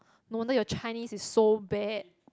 no wonder your Chinese is so bad